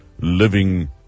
living